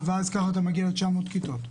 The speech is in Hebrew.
אה, וכך אתה מגיע ל-900 כיתות.